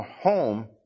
home